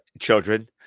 children